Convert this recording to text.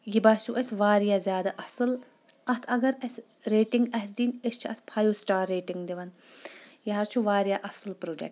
یہِ باسیو اَسہِ واریاہ زیٛادٕ اَصل اَتھ اگر اَسہِ ریٹِنگ آسہِ دِنۍ أسۍ چھ اَتھ فایو سِٹار ریٹِنٛگ دِوان یہِ حظ چُھ واریاہ اَصل پروڈکٹ